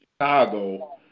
Chicago